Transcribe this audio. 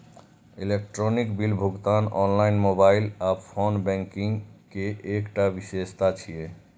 electronic bill भुगतान online, mobile आ phone banking के एकटा विशेषता छियै